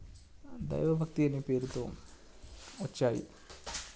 దైవభక్తి అనే పేరుతో వచ్చాయి